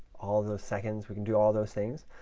all those seconds. we can do all those things,